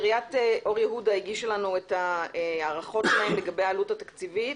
את עיריית אור יהודה הגישה לנו את ההערכות שלהם לגבי העלות התקציבית.